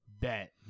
Bet